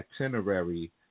itinerary